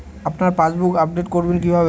আপনার passbook update করবেন কিভাবে?